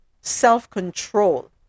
self-control